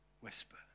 whisper